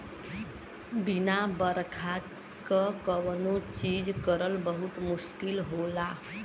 बिना बरखा क कौनो चीज करल बहुत मुस्किल होला